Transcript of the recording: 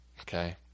Okay